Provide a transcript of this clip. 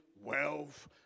wealth